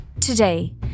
Today